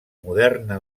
moderna